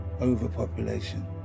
overpopulation